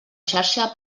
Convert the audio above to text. xarxa